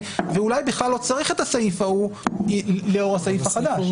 ואולי בכלל לא צריך את הסעיף ההוא לאור הסעיף החדש.